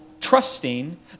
trusting